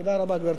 תודה רבה, גברתי.